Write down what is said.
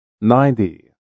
Ninety